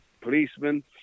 policemen